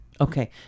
Okay